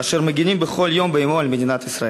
לאחר שנאם באו"ם בשליחות המדינה,